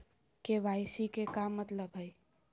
KYC के का मतलब हई?